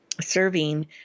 serving